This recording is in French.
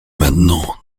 maintenant